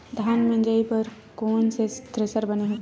धान मिंजई बर कोन से थ्रेसर बने होथे?